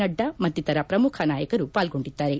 ನಡ್ಡಾ ಮತ್ತಿತರ ಪ್ರಮುಖ ನಾಯಕರು ಪಾಲ್ಗೊಂಡಿದ್ದಾರೆ